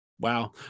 wow